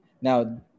Now